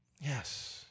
Yes